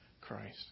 Christ